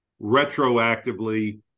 retroactively